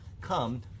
come